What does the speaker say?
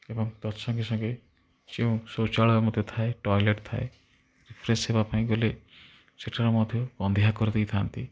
ଏବଂ ତତ୍ ସଙ୍ଗେ ସଙ୍ଗେ ଯେଉଁ ଶୌଚାଳୟ ମଧ୍ୟ ଥାଏ ଟଏଲେଟ୍ ଥାଏ ଫ୍ରେଶ୍ ହେବା ପାଇଁ ଗଲେ ସେଠାରେ ମଧ୍ୟ ଗନ୍ଧିଆ କରିଦେଇଥାନ୍ତି